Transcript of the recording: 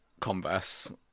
Converse